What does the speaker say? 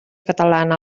catalana